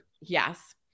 Yes